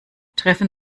treffen